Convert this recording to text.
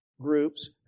groups